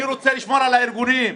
אני רוצה לשמור על הארגונים.